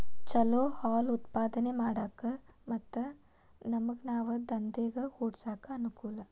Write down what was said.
ಚಲೋ ಹಾಲ್ ಉತ್ಪಾದನೆ ಮಾಡಾಕ ಮತ್ತ ನಮ್ಗನಾವ ದಂದೇಗ ಹುಟ್ಸಾಕ ಅನಕೂಲ